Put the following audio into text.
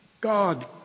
God